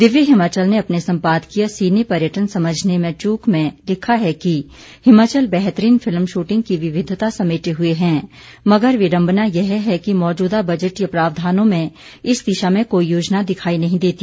दिव्य हिमाचल ने अपने संपादकीय सिने पर्यटन समझने में चुक में लिखा है कि हिमाचल बेहतरीन फिल्म शूटिंग की विविघता समेटे हुए है मगर विडंबना यह है कि मौजूदा बजटीय प्रावधानों में इस दिशा में कोई योजना दिखाई नहीं देती